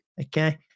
okay